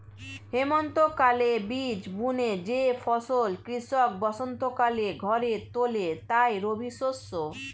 হেমন্তকালে বীজ বুনে যে ফসল কৃষক বসন্তকালে ঘরে তোলে তাই রবিশস্য